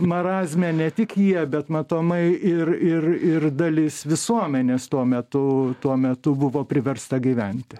marazme ne tik jie bet matomai ir ir ir dalis visuomenės tuo metu tuo metu buvo priversta gyventi